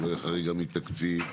שלא יהיה חריגה מתקציב,